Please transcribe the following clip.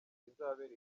rizabera